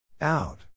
Out